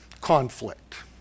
conflict